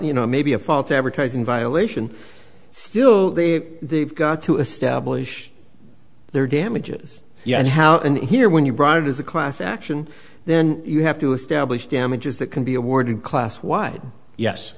you know may be a false advertising violation still they've got to establish their damages and how and here when you brought it as a class action then you have to establish damages that can be awarded class wide yes